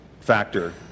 factor